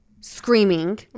screaming